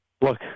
look